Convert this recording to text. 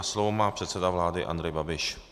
Slovo má předseda vlády Andrej Babiš.